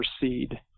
proceed